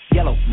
Yellow